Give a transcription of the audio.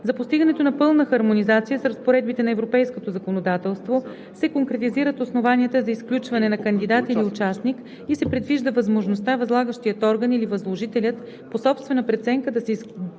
За постигането на пълна хармонизация с разпоредбите на европейското законодателство се конкретизират основанията за изключване на кандидат или участник и се предвижда възможността възлагащият орган или възложителят по собствена преценка да не изключва